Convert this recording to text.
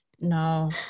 No